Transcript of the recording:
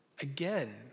again